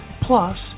Plus